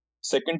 Second